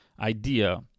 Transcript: idea